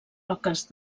roques